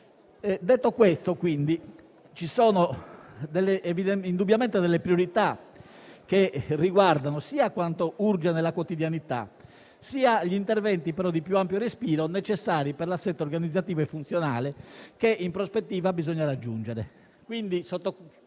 Detto questo, ci sono indubbiamente priorità che riguardano sia quanto urge nella quotidianità sia gli interventi di più ampio respiro necessari per l'assetto organizzativo e funzionale che in prospettiva bisogna raggiungere.